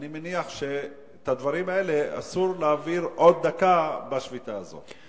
אני מניח שאת הדברים האלה אסור להעביר עוד דקה בשביתה הזו.